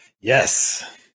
Yes